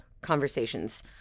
conversations